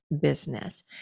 business